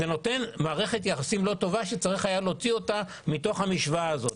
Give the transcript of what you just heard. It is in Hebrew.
זה נותן מערכת יחסים לא טובה שצריך היה להוציא אותה מתוך המשוואה הזאת.